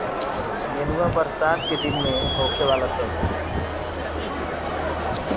नेनुआ बरसात के दिन में होखे वाला सब्जी हअ